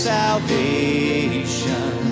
salvation